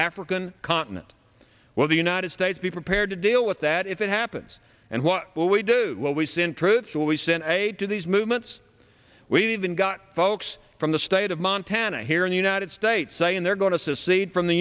african continent will the united states be prepared to deal with that if it happens and what will we do what we send troops will be sent aid to these movements we've got folks from the state of montana here in the united states saying they're going to secede from the